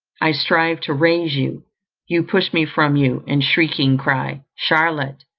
i strive to raise you you push me from you, and shrieking cry charlotte,